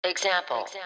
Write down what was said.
Example